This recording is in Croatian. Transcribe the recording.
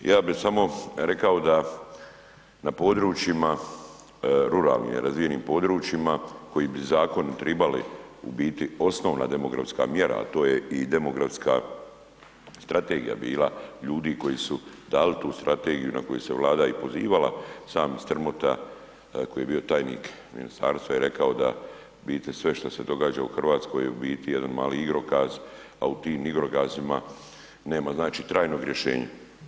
Ja bih samo rekao da na područjima ruralni razvijenim područjima koji bi zakoni tribali u biti osnovna demografska mjera, a to je i demografska strategija bila ljudi koji su dali tu strategiju na koju se i Vlada pozivala sami Strmota koji je bio tajnik ministarstva i rekao da u biti sve što se događa u Hrvatskoj je jedan mali igrokaz, a u tim igrokazima nema trajnog rješenja.